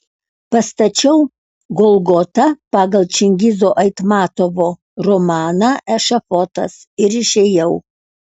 pastačiau golgotą pagal čingizo aitmatovo romaną ešafotas ir išėjau